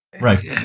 Right